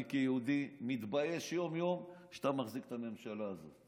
אני כיהודי מתבייש יום-יום שאתה מחזיק את הממשלה הזאת.